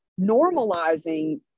normalizing